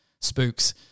spooks